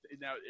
now